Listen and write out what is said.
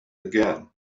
again